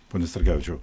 pone starkevičiau